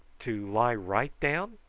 to lie right down?